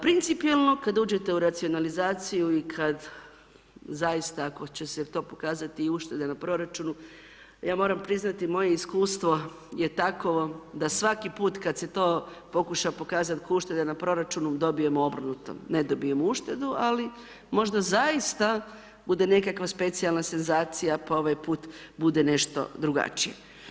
Principijelno kad uđete u racionalizaciju i kad zaista ako će se to pokazati i uštede na proračunu, ja moram priznati moje iskustvo je takovo da svaki put kad se to pokuša pokazati k'o uštede na proračunu, dobijemo obrnuto, ne dobijemo uštedu ali možda zaista bude neka specijalna senzacija pa ovaj put bude nešto drugačije.